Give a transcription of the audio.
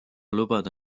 lubada